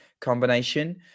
combination